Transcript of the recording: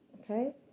Okay